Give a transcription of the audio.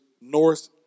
North